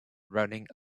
running